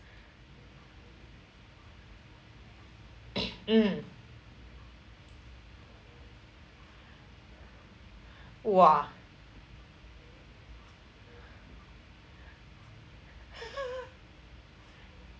mm !wah!